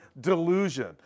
delusion